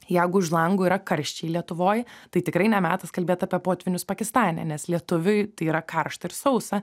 jeigu už lango yra karščiai lietuvoj tai tikrai ne metas kalbėt apie potvynius pakistane nes lietuviui tai yra karšta ir sausa